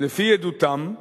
לפי עדותם,